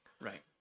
Right